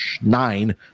nine